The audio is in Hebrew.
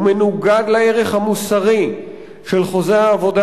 הוא מנוגד לערך המוסרי של חוזה העבודה